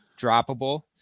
droppable